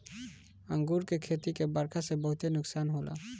अंगूर के खेती के बरखा से बहुते नुकसान होला